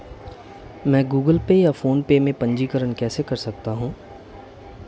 मैं Google Pay या PhonePe में पंजीकरण कैसे कर सकता हूँ?